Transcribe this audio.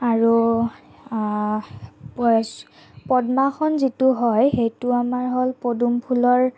আৰু পদ্মাসন যিটো হয় সেইটো আমাৰ হ'ল পদুম ফুলৰ